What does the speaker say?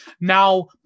now